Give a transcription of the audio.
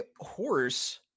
horse